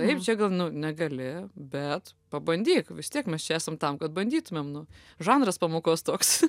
taip čia gal nu negali bet pabandyk vis tiek mes čia esam tam kad bandytumėm nu žanras pamokos toks